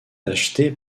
achetées